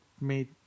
made